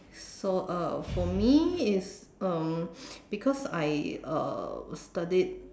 so uh for me is um because I uh studied